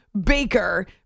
Baker